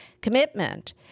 commitment